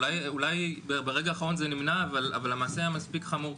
אולי ברגע האחרון זה נמנע אבל המעשה היה מספיק חמור.